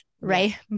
right